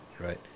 Right